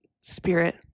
spirit